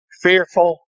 Fearful